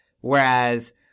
Whereas